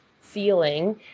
feeling